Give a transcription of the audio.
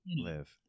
Live